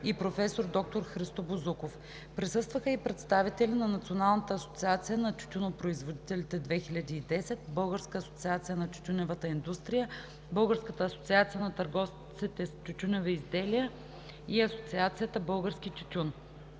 и професор доктор Христо Бозуков. Присъстваха и представители на Националната асоциация на тютюнопроизводителите – 2010; Българската асоциация на тютюневата индустрия; Българската асоциация на търговците с тютюневи изделия и Асоциацията „Български тютюн“.